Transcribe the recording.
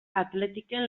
athleticen